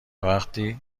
وقتی